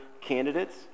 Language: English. candidates